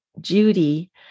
Judy